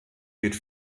geht